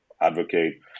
advocate